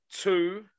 Two